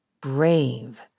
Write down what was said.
brave